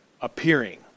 appearing